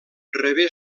rebé